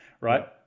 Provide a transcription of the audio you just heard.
right